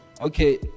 okay